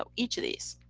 ah each of these.